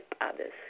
others